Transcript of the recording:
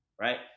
right